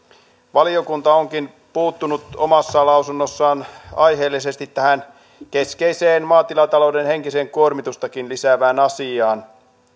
valiokunta onkin puuttunut omassa lausunnossaan aiheellisesti tähän keskeiseen maatilatalouden henkistä kuormitustakin lisäävään asiaan